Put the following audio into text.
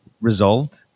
resolved